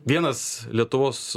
vienas lietuvos